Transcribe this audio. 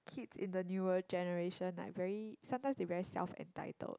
kids in the newer generation like very sometimes they very self entitled